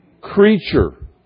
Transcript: creature